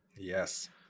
Yes